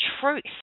truth